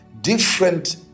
different